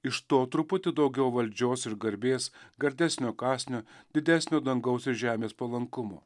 iš to truputį daugiau valdžios ir garbės gardesnio kąsnio didesnio dangaus ir žemės palankumo